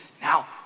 now